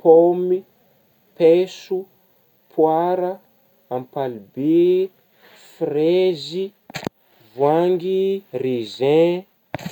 paomy paiso poira ampalibe frezy voahangy raisin.